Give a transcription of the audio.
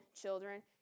children